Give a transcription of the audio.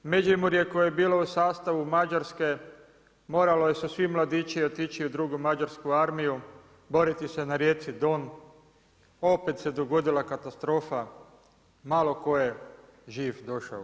Međimurje koje je bilo u sastavu Mađarske morali su svi mladići otići u Drugu mađarsku armiju, boriti se na rijeci Don, opet se dogodila katastrofa, malo tko je živ došao kući.